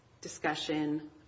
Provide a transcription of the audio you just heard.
discussion